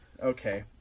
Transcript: okay